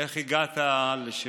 איך הגעת ל-7,000,